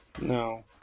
No